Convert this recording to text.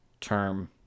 term